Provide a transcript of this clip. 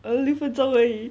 err 六分钟而已